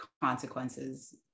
consequences